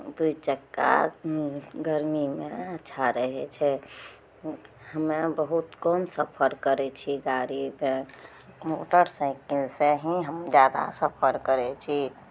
दुइ चक्का गरमीमे अच्छा रहै छै दुइ हमे बहुत कम सफर करै छियै गाड़ीसँ मोटरसाइकिलसँ ही हम जादा सफर करै छी